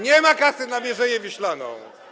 Nie ma kasy na Mierzeję Wiślaną.